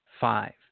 five